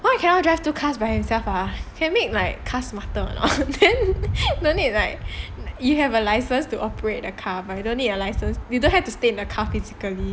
why he cannot drive two cars by himself ah can make like cars smarter or not then no need like you have a license to operate a car but you don't need a license you don't have to stay in the car physically